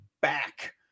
back